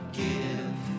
give